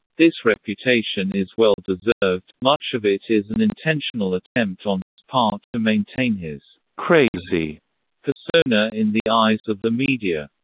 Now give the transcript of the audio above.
this reputation is well-deserved much of it is an intentional attempt on his part to maintain his crazy persona in the eyes of the media.